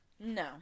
No